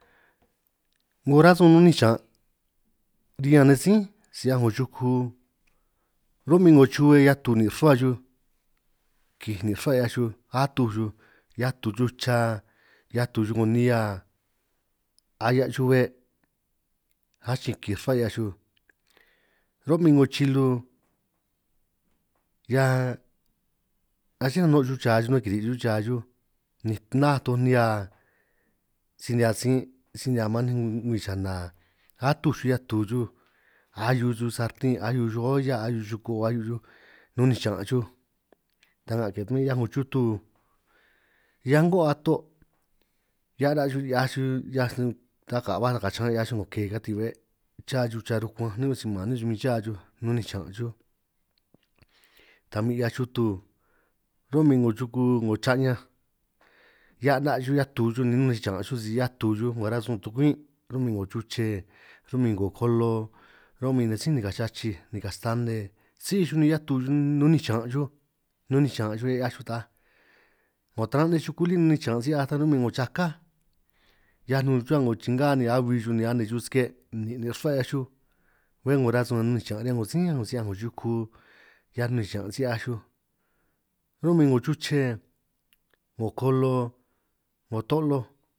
'Ngo rasun ninj xiñan' riñan nej sí si'hiaj 'ngo chuku ro'min 'ngo chuhue 'hiaj tu nin' rruhua xuj, kij nin' rruhua 'hiaj xuj atuj xuj 'hiaj tu xuj cha 'hiaj tu xuj 'ngo nihia ahia' xuj be' achin kij rruhua 'hiaj xuj, ro'min 'ngo chilu hia aché nano' xuj cha xuj na'hue kiri' xuj cha xuj, ni náj toj nihia si-nihia sin' si-nihia maan nej ngwii chana, atuj xuj 'hiaj tu xuj ahiu xuj sarten ahiu xuj olla ahiu xuj koo ahiu xuj nunj ninj xiñan' xuj, tanga' ke ta huin 'hiaj 'ngo chutu hiaj ngo' ato' hiaj 'na' xuj ni'hiaj xuj 'hiaj xuj taj ka'huaj kakachan' 'hiaj xuj 'ngo ke katin' be', cha cha xuj cha rukuanj ni si man ni huin si cha xuj nunj ninj xiñan' xuj ta huin 'hiaj yutu, ro'min 'ngo chuku 'ngo cha'ñanj 'hiaj 'na' xuj 'hiaj tu xuj ni ninj chiñan' xuj si 'hiaj tu xuj 'ngo rasun tukwin, ro'min 'ngo chuche ro'min 'ngo kolo ro'min nej sí nikaj chachij nika stane, síj xuj ni 'hiaj tu xuj nun xiñan' xuj nun xiñan' ñan 'hiaj xuj taj 'ngo taran' nej chuku lí nun xiñan' si 'hiaj ta ro'min 'ngo chaká, hiaj nun xuj chuhua 'ngo chingá ni ahui xuj ni ane chuj sike' nnin' nin' rruhua 'hiaj xuj, bé 'ngo rasun nun ninj xiñan' riñan 'ngo sí huin si 'hiaj 'ngo yuku hia nun ninj xiñan' si 'hiaj xuj, ro'min 'ngo chuche 'ngo kolo 'ngo to'loj